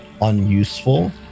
unuseful